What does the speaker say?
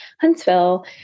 Huntsville